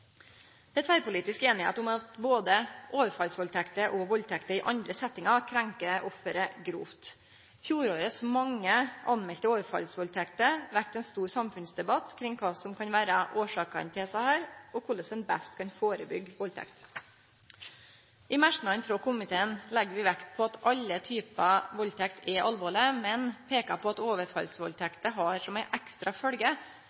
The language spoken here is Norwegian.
Det er tverrpolitisk einigheit om at både overfallsvaldtekter og valdtekter i andre settingar krenkjer offeret grovt. Fjorårets mange melde overfallsvaldtekter vekte ein stor samfunnsdebatt kring kva som kan vere årsakene til desse, og korleis ein best kan førebyggje valdtekt. I merknadene frå komiteen legg vi vekt på at alle typar valdtekt er alvorlege, men peikar på at